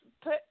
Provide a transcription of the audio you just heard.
put